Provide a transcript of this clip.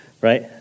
right